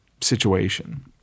situation